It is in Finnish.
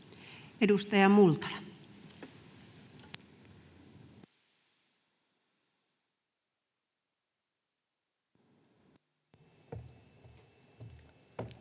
Edustaja Multala. Arvoisa